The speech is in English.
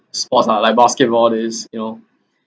sports lah like basketball days you know